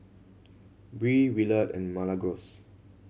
Bree Willard and Milagros